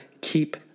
keep